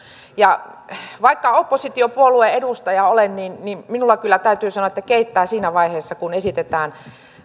ja vaikka oppositiopuolueen edustaja olen niin täytyy sanoa että minulla kyllä keittää siinä vaiheessa kun esitetään